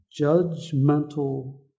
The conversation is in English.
judgmental